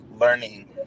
learning